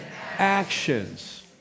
actions